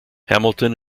hamilton